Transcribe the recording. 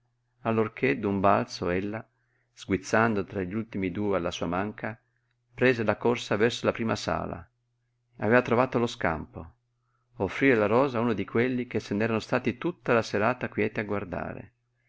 malizia allorché d'un balzo ella sguizzando tra gli ultimi due alla sua manca prese la corsa verso la prima sala aveva trovato lo scampo offrire la rosa a uno di quelli che se n'erano stati tutta la serata quieti a guardare